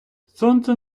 сонце